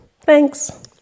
thanks